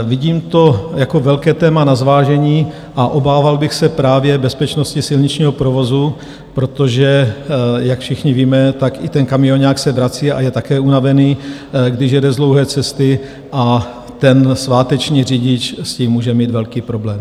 Vidím to jako velká téma na zvážení a obával bych se právě bezpečnosti silničního provozu, protože, jak všichni víme, tak i ten kamioňák se vrací a je také unavený, když jede z dlouhé cesty, a ten sváteční řidič s tím může mít velký problém.